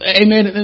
amen